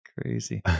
Crazy